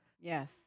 Yes